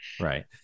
Right